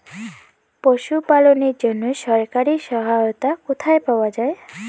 পশু পালনের জন্য সরকারি সহায়তা কোথায় পাওয়া যায়?